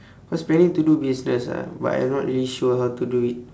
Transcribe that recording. was planning to do business ah but I not really sure how to do it